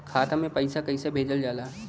खाता में पैसा कैसे भेजल जाला?